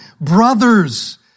brothers